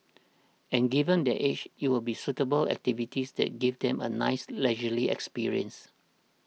and given their age it will be suitable activities that give them a nice leisurely experience